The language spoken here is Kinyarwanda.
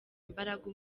imbaraga